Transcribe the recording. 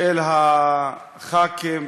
אל חברי הכנסת,